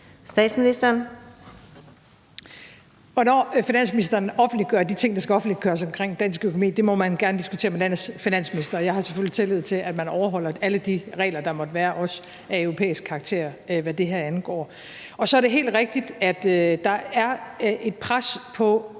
Frederiksen): Hvornår finansministeren offentliggør de ting, der skal offentliggøres omkring dansk økonomi, må man gerne diskutere med landets finansminister. Jeg har selvfølgelig tillid til, at man overholder alle de regler, der måtte være, også af europæisk karakter, hvad det her angår. Så er det helt rigtigt, at der er et pres på